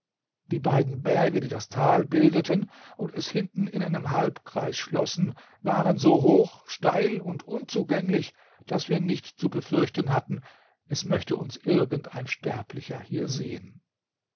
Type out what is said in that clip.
die beiden berge die das tal bildeten und es hinten in einem halbkreis schlossen waren so hoch steil und unzugänglich daß wir nicht zu befürchten hatten es möchte uns irgend ein sterblicher hier sehen